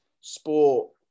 sport